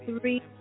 three